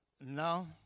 no